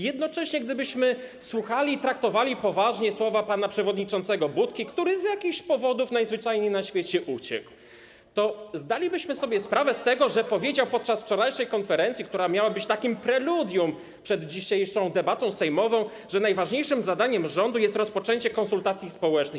Jednocześnie gdybyśmy słuchali słów i traktowali poważnie słowa pana przewodniczącego Budki, który z jakichś powodów najzwyczajniej na świecie uciekł, to zdalibyśmy sobie sprawę z tego, że powiedział podczas wczorajszej konferencji, która miała być preludium przed dzisiejszą debatą sejmową, że najważniejszym zadaniem rządu jest rozpoczęcie konsultacji społecznych.